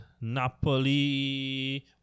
Napoli